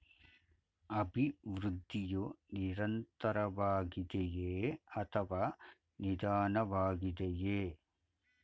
ಅಭಿವೃದ್ಧಿಯು ನಿರಂತರವಾಗಿದೆಯೇ ಅಥವಾ ನಿಧಾನವಾಗಿದೆಯೇ?